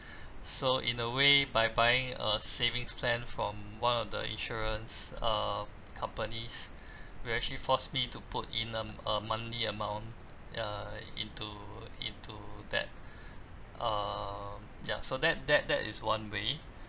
so in a way by buying a savings plan from one of the insurance uh companies will actually force me to put in um a monthly amount ya into into that err ya so that that that is one way